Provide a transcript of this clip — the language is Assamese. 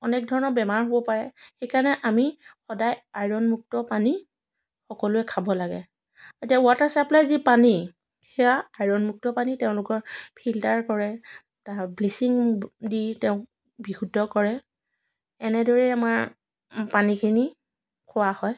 অনেক ধৰণৰ বেমাৰ হ'ব পাৰে সেই কাৰণে আমি সদায় আইৰনমুক্ত পানী সকলোৱে খাব লাগে এতিয়া ৱাটাৰ চাপ্লাইৰ যি পানী সেয়া আইৰনমুক্ত পানী তেওঁলোকে ফিল্টাৰ কৰে ব্লিছিং দি তেওঁ বিশুদ্ধ কৰে এনেদৰেই আমাৰ পানীখিনি খোৱা হয়